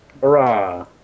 Hurrah